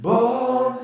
Born